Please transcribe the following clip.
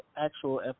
actual